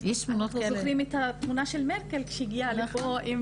אנחנו זוכרים את התמונה של מרקל כשהיא הגיעה לפה.